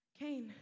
Cain